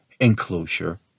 enclosure